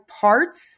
parts